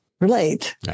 relate